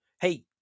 Hey